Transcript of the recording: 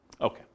Okay